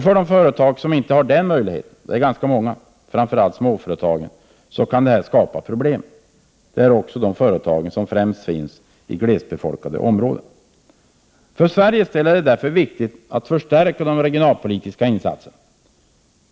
För de företag som inte har den möjligheten — det är ganska många, framför allt småföretag — kan det skapa problem. Det är också dessa företag som främst finns i glesbefolkade områden. För Sveriges del är det därför viktigt att förstärka de regionalpolitiska insatserna.